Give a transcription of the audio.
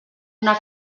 una